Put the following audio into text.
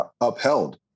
upheld